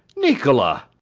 nicola!